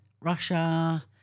Russia